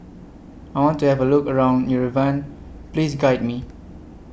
I want to Have A Look around Yerevan Please Guide Me